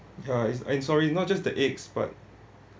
ya it's eh sorry not just the eggs but